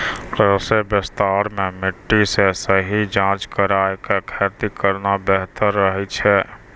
कृषि विस्तार मॅ मिट्टी के सही जांच कराय क खेती करना बेहतर रहै छै